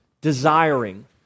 desiring